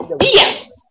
yes